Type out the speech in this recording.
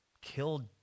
killed